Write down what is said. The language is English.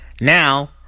now